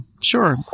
Sure